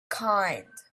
kind